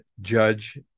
judge